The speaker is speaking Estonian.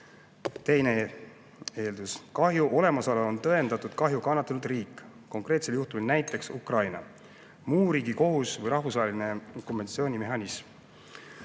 Teine eeldus: kahju olemasolu on tõendanud kahju kannatanud riik, konkreetsel juhtumil näiteks Ukraina, muu riigi kohus või rahvusvaheline kompensatsioonimehhanism.